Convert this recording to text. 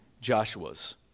Joshuas